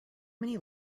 many